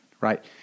right